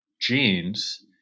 genes